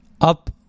up